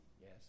yes